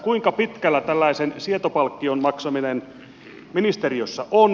kuinka pitkällä tällaisen sietopalkkion maksaminen ministeriössä on